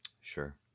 Sure